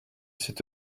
c’est